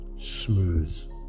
smooth